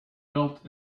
felt